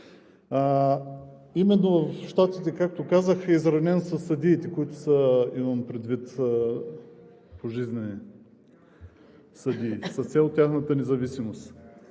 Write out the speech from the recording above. съдии. В Щатите, както казах, е изравнен със съдиите – имам предвид пожизнени съдии, с цел тяхната независимост.